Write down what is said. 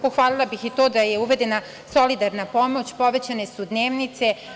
Pohvalila bih i to da je uvedena solidarna pomoć, povećane su dnevnice.